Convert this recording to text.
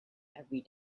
every